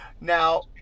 now